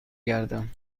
گردم